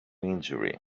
injury